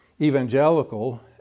evangelical